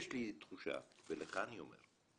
יש לי תחושה, ולך אני אומר,